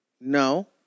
no